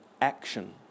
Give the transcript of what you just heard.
action